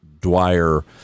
Dwyer